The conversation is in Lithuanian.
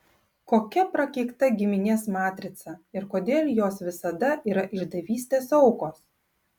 kokia prakeikta giminės matrica ir kodėl jos visada yra išdavystės aukos